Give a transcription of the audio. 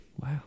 Wow